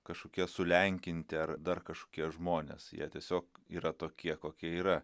kažkokie sulenkinti ar dar kažkokie žmonės jie tiesiog yra tokie kokie yra